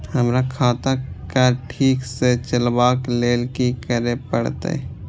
हमरा खाता क ठीक स चलबाक लेल की करे परतै